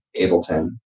Ableton